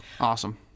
Awesome